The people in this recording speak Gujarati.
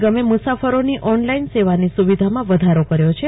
નિગમે મસાફરોનો ઓનલાઈન સેવાનો સ્રવિધામાં વધારો કયો છે